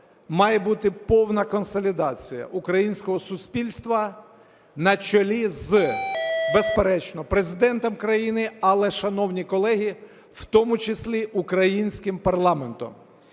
має бути повна консолідація українського суспільства на чолі з, безперечно, Президентом країни, але, шановні колеги, в тому числі українським парламентом.